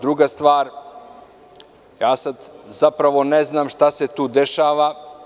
Druga stvar, sad zapravo ne znam šta se tu dešava?